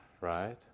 right